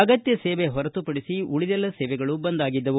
ಅಗತ್ಯ ಸೇವೆ ಹೊರತುಪಡಿಸಿ ಉಳಿದೆಲ್ಲ ಸೇವೆಗಳು ಬಂದ್ ಆಗಿದ್ದವು